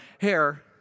Hair